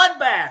bloodbath